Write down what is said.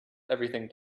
everything